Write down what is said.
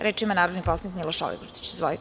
Reč ima narodni poslanik Miloš Aligrudić.